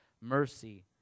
Mercy